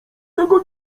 tego